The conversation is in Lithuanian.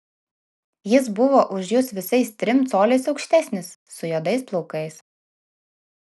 jis buvo už jus visais trim coliais aukštesnis su juodais plaukais